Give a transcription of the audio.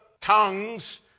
tongues